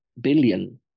billion